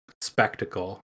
spectacle